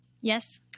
Yes